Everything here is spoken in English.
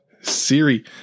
Siri